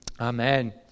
Amen